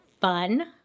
fun